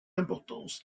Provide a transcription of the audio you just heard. importance